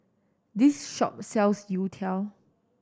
this shop sells youtiao